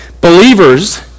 Believers